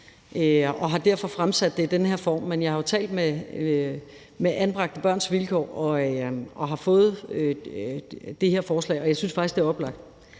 og har derfor fremsat det i den her form. Men jeg har jo talt med Anbragte Børns Vilkår og har fået det her forslag, og jeg synes faktisk, det er oplagt.